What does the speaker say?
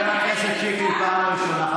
אתה, חבר הכנסת שיקלי, פעם ראשונה.